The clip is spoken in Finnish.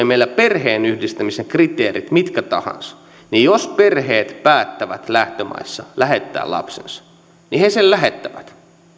meillä perheenyhdistämisen kriteerit mitkä tahansa jos perheet päättävät lähtömaissa lähettää lapsensa niin he tämän lähettävät